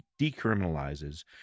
decriminalizes